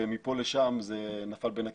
מפה לשם זה נפל בין הכיסאות.